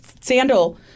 sandal